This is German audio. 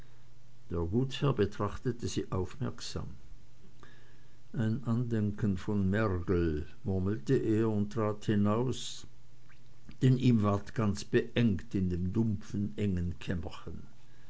der gutsherr betrachtete sie aufmerksam ein andenken von mergel murmelte er und trat hinaus denn ihm ward ganz beengt in dem dumpfen engen